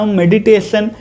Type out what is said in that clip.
meditation